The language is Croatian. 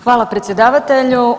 Hvala predsjedavatelju.